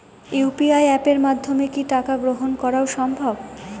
UPI অ্যাপের মাধ্যমে কি টাকা গ্রহণ করাও সম্ভব?